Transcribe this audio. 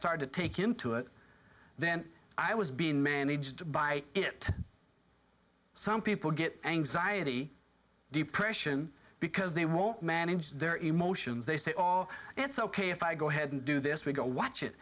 started to take into it then i was being managed by it some people get anxiety depression because they won't manage their emotions they say all it's ok if i go ahead and do this we go watch it